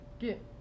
get